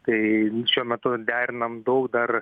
tai šiuo metu derinam daug dar